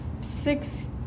six